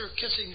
kissing